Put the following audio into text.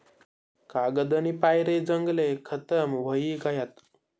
कागदनी पायरे जंगले खतम व्हयी गयात